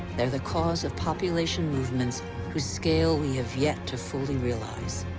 they are the cause of population movements whose scale we have yet to fully realize.